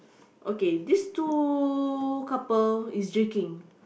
okay this two couple is drinking